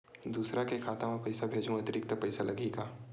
दूसरा के खाता म पईसा भेजहूँ अतिरिक्त पईसा लगही का?